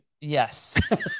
yes